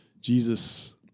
Jesus